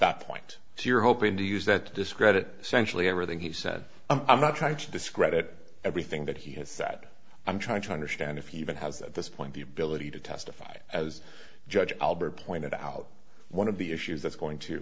that point if you're hoping to use that discredit essentially everything he said i'm not trying to discredit everything that he has said i'm trying to understand if he even has at this point the ability to testify as judge albert pointed out one of the issues that's going to